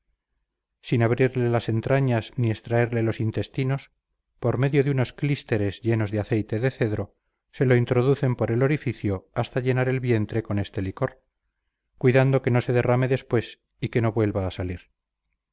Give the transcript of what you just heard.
sin abrirle las entrañas ni extraerle los intestinos por medio de unos clísteres llenos de aceite de cedro se lo introducen por el orificio hasta llenar el vientre con este licor cuidando que no se derrame después y que no vuelva a salir